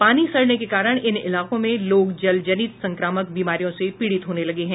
पानी सड़ने के कारण इन इलाकों में लोग जल जनित संक्रामक बीमारियों से पीड़ित होने लगे हैं